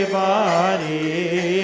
body